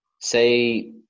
say